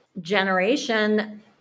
generation